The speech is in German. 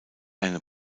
eine